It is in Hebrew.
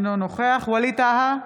אינו נוכח ווליד טאהא,